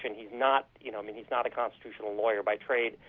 and he's not you know i mean he's not a constitutional lawyer by trade.